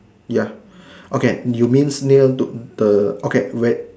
ya okay you means near to the okay wait